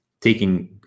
taking